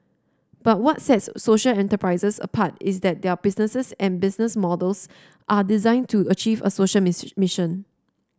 but what sets social enterprises apart is that their businesses and business models are designed to achieve a social miss mission